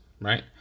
right